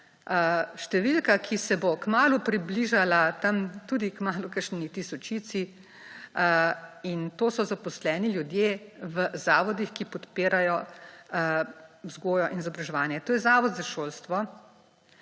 številka, ki se bo kmalu približala kmalu kakšni tisočici, in to so zaposleni ljudje v zavodih, ki podpirajo vzgojo in izobraževanje. To je Zavod za šolstvo,